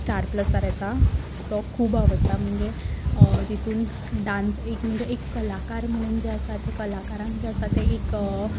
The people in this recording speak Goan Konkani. स्टार प्लसार येता तो खूब आवडटा म्हणजे तितून डान्स एक म्हणजे एक कलाकार म्हणून जे आसा ते कलाकारांक जें आसा तें एक